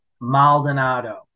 Maldonado